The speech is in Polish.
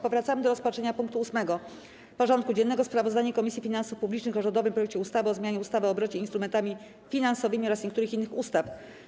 Powracamy do rozpatrzenia punktu 8. porządku dziennego: Sprawozdanie Komisji Finansów Publicznych o rządowym projekcie ustawy o zmianie ustawy o obrocie instrumentami finansowymi oraz niektórych innych ustaw.